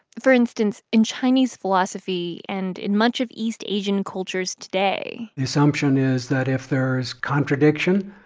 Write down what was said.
for instance, in chinese philosophy and in much of east asian cultures today. the assumption is that if there is contradiction,